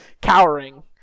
cowering